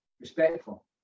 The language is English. respectful